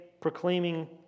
proclaiming